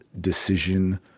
decision